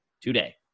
today